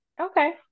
Okay